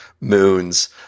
moons